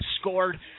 scored